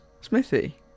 Smithy